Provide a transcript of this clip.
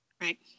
right